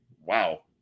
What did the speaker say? wow